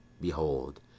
Behold